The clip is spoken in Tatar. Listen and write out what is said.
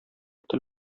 тел